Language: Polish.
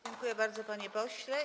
Dziękuję bardzo, panie pośle.